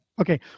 Okay